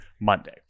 Monday